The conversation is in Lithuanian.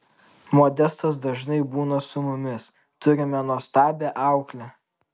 modestas dažnai būna su mumis turime nuostabią auklę